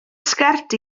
sgert